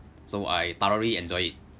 so I thoroughly enjoyed it